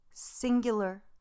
singular